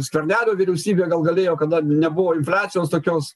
skvernelio vyriausybė gal galėjo kada nebuvo infliacijos tokios